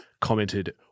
Commented